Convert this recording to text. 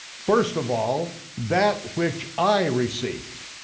first of all that which i received.